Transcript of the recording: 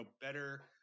better